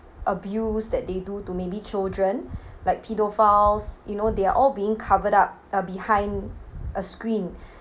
abuse that they do to maybe children like pedophiles you know they're all being covered up uh behind a screen